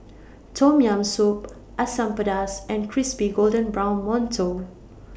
Tom Yam Soup Asam Pedas and Crispy Golden Brown mantou